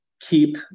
keep